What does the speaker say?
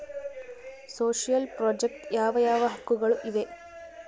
Social project ಯಾವ ಯಾವ ಹಕ್ಕುಗಳು ಇವೆ?